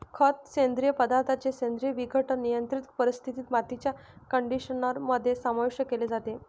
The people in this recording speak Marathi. खत, सेंद्रिय पदार्थांचे सेंद्रिय विघटन, नियंत्रित परिस्थितीत, मातीच्या कंडिशनर मध्ये समाविष्ट केले जाते